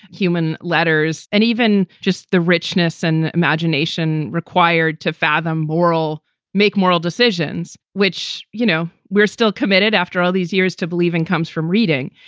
human letters, and even just the richness and imagination required to fathom moral make moral decisions, which, you know, we're still committed after all these years to believe in, comes from reading.